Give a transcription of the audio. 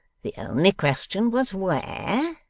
the only question was, where.